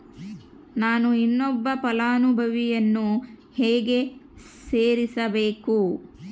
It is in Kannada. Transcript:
ನಾನು ಇನ್ನೊಬ್ಬ ಫಲಾನುಭವಿಯನ್ನು ಹೆಂಗ ಸೇರಿಸಬೇಕು?